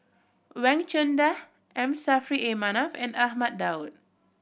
Wang Chunde M Saffri A Manaf and Ahmad Daud